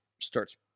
starts